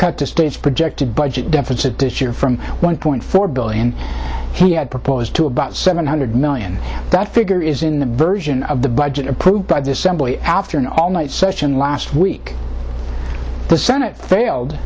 cut the state's projected budget deficit this year from one point four billion he had proposed to about seven hundred million that figure is in the version of the budget approved by december after an all night session last week the senate failed